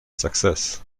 success